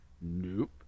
Nope